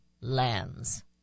lands